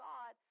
God